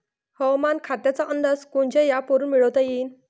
हवामान खात्याचा अंदाज कोनच्या ॲपवरुन मिळवता येईन?